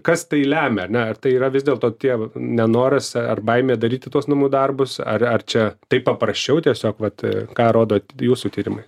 kas tai lemia ar ne ar tai yra vis dėl tie nenoras ar baimė daryti tuos namų darbus ar ar čia taip paprasčiau tiesiog vat ką rodo jūsų tyrimai